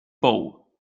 pou